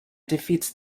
defeats